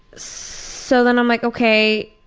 so then i'm like okay,